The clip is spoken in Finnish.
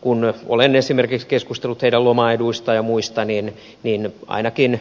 kun olen keskustellut esimerkiksi heidän loma eduistaan ja muista niin ainakin